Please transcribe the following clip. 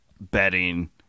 betting